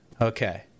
Okay